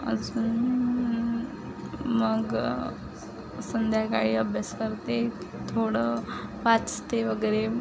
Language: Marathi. अजून मग संध्याकाळी अभ्यास करते थोडं वाचते वगैरे